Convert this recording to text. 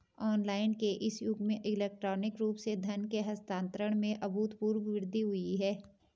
online के इस युग में इलेक्ट्रॉनिक रूप से धन के हस्तांतरण में अभूतपूर्व वृद्धि हुई है